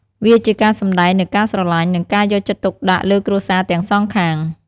វាជាការសម្ដែងនូវការស្រឡាញ់ និងការយកចិត្តទុកដាក់លើគ្រួសារទាំងសងខាង។